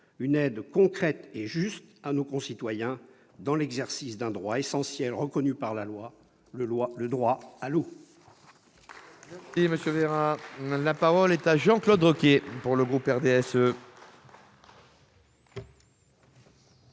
une aide concrète et juste à nos concitoyens dans l'exercice d'un droit essentiel reconnu par la loi : le droit à l'eau.